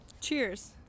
cheers